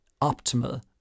optimal